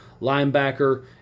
linebacker